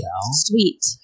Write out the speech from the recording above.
Sweet